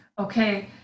Okay